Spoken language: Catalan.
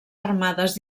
armades